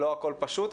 לא הכול פשוט,